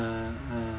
uh uh